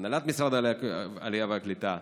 הנהלת המשרד לעלייה וקליטה,